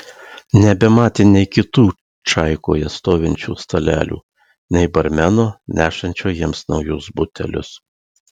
nebematė nei kitų čaikoje stovinčių stalelių nei barmeno nešančio jiems naujus butelius